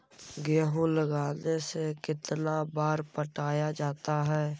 गेहूं लगने से कितना बार पटाया जाता है?